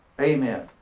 Amen